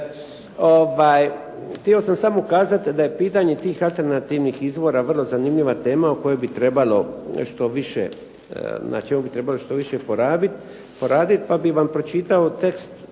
Htio sam samo kazati da je pitanje tih alternativnih izvora vrlo zanimljiva tema o kojoj bi trebalo nešto više, na čemu bi trebalo što više poraditi pa bih vam pročitao mali